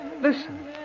Listen